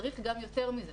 צריך גם יותר מזה.